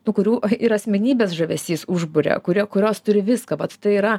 tų kurių ir asmenybės žavesys užburia kurie kurios turi viską vat tai yra